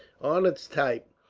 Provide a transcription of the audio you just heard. on its top,